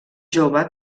jove